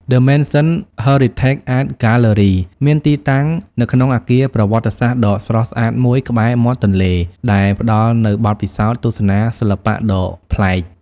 ដឹ មេនសិន ហឺរីថេក អាត ហ្គាទ្បឺរី មានទីតាំងនៅក្នុងអគារប្រវត្តិសាស្ត្រដ៏ស្រស់ស្អាតមួយក្បែរមាត់ទន្លេ ដែលផ្តល់នូវបទពិសោធន៍ទស្សនាសិល្បៈដ៏ប្លែក។